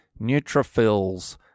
neutrophils